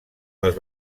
les